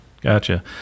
Gotcha